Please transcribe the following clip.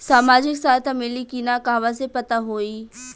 सामाजिक सहायता मिली कि ना कहवा से पता होयी?